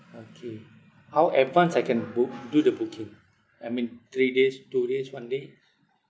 okay how advance I can book do the booking I mean three days two days one days